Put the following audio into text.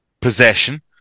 possession